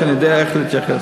שאני אדע איך להתייחס.